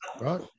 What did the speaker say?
Right